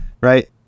right